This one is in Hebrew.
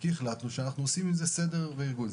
שעושים סדר וארגון.